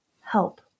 Help